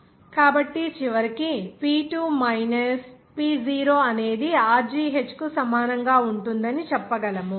కాబట్టి చివరికి ఈ P2 మైనస్ P0 అనేది rgh కు సమానంగా ఉంటుందని చెప్పగలము